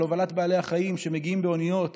על הובלת בעלי החיים שמגיעים באוניות